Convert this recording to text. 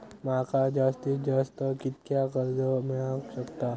माका जास्तीत जास्त कितक्या कर्ज मेलाक शकता?